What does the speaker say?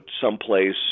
someplace